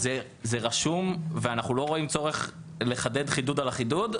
זה רשום ואנחנו לא רואים צורך לחדד חידוד על החידוד.